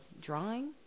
drawing